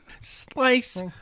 slice